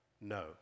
No